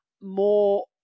more